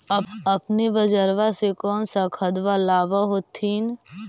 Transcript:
अपने बजरबा से कौन सा खदबा लाब होत्थिन?